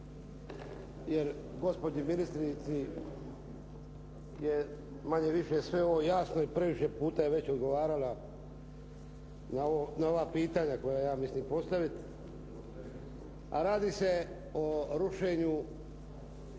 jer gospođi ministrici je manje-više sve ovo jasno i previše puta je već odgovarala na ova pitanja koja ja mislim postaviti, a radi se o rušenju